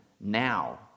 now